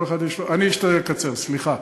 אני אשתדל לקצר, סליחה.